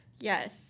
Yes